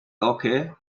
local